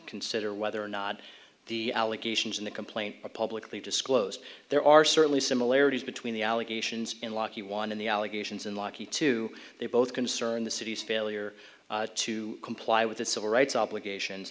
consider whether or not the allegations in the complaint are publicly disclosed there are certainly similarities between the allegations in lucky one and the allegations in lucky two they both concern the city's failure to comply with the civil rights obligations